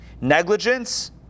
Negligence